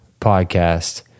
podcast